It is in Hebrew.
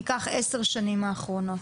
ניקח 10 השנים האחרונות,